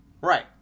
Right